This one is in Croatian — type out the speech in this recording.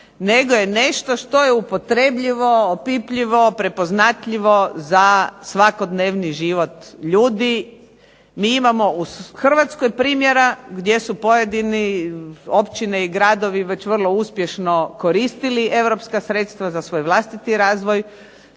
nego je nešto što je upotrebljivo, opipljivo, prepoznatljivo za svakodnevni život ljudi. Mi imamo u Hrvatskoj primjera gdje su pojedine općine i gradovi već vrlo uspješno koristili europska sredstva za svoj vlastiti razvoj.